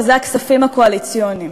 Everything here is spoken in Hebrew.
וזה הכספים הקואליציוניים.